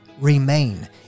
remain